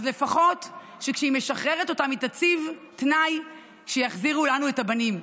אז לפחות שכשהיא משחררת אותם היא תציב תנאי שיחזירו לנו את הבנים.